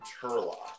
Turlock